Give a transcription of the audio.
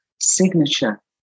signature